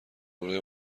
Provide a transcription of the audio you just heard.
نمره